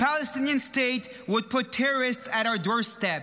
A Palestinian state would put terrorists at our doorstep.